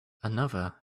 another